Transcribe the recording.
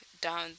down